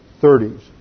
30's